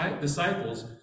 disciples